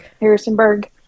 Harrisonburg